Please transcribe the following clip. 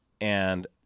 and-